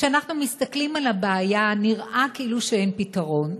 כשאנחנו מסתכלים על הבעיה, נראה כאילו אין פתרון.